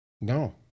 no